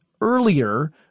earlier